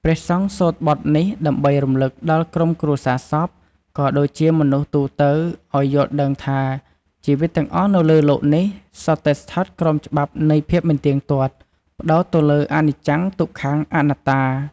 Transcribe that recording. ព្រះសង្ឃសូត្របទនេះ ដើម្បីរំលឹកដល់ក្រុមគ្រួសារសព ក៏ដូចជាមនុស្សទូទៅ ឲ្យយល់ដឹងថា ជីវិតទាំងអស់នៅលើលោកនេះ សុទ្ធតែស្ថិតក្រោមច្បាប់នៃភាពមិនទៀងទាត់ ផ្ដោតទៅលើ អនិច្ចំ ទុក្ខំ អនត្តា។